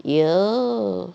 有